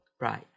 Right